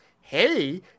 hey